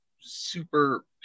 super